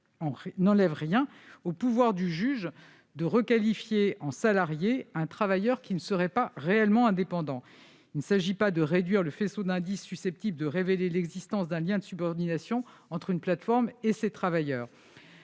n'enlèvent rien au pouvoir du juge de requalifier en salarié un travailleur qui ne serait pas réellement indépendant. Il ne s'agit pas de réduire le faisceau d'indices susceptibles de révéler l'existence d'un lien de subordination entre une plateforme et ces travailleurs.